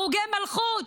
הרוגי מלכות,